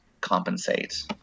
compensate